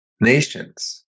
nations